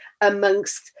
amongst